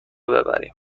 ببریم